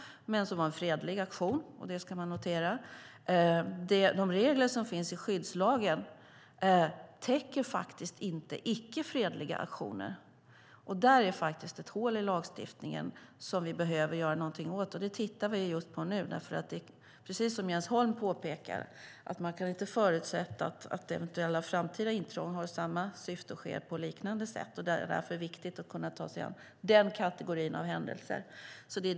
Det var en fredlig aktion - och det ska noteras. De regler som finns i skyddslagen täcker faktiskt inte icke fredliga aktioner. Det är ett hål i lagstiftningen som vi behöver göra något åt. Det tittar vi på just nu. Precis som Jens Holm påpekar kan vi inte förutsätta att eventuella framtida intrång har samma syfte och sker på liknande sätt. Det är därför viktigt att ta sig an den kategorin av händelser.